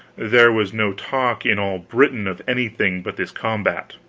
there was no talk in all britain of anything but this combat.